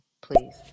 please